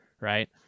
right